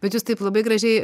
bet jūs taip labai gražiai